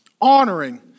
honoring